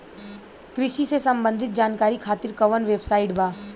कृषि से संबंधित जानकारी खातिर कवन वेबसाइट बा?